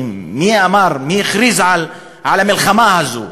מי הכריז על המלחמה הזאת,